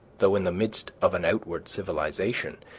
though in the midst of an outward civilization,